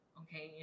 okay